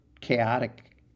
chaotic